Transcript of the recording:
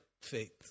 faith